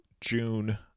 June